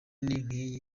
nkiyi